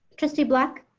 trustee black.